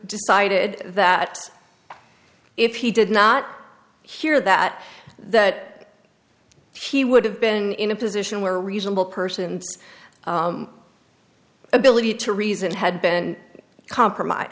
decided that if he did not hear that that he would have been in a position where reasonable persons ability to reason had been compromise